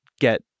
get